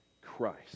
Christ